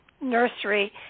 nursery